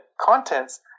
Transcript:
contents